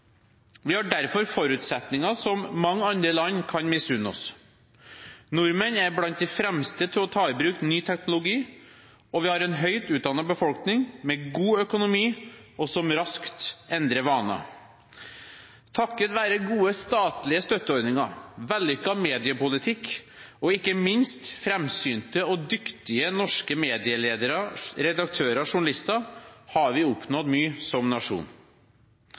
Vi har derfor forutsetninger som mange andre land kan misunne oss. Nordmenn er blant de fremste til å ta i bruk ny teknologi. Vi har en høyt utdannet befolkning med god økonomi og som raskt endrer vaner. Takket være gode statlige støtteordninger, vellykket mediepolitikk og ikke minst framsynte og dyktige norske medieledere, redaktører og journalister har vi oppnådd mye som nasjon.